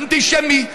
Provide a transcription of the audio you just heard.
אנטישמי,